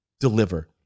Deliver